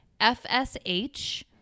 FSH